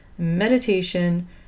Meditation